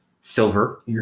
silver